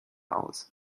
aus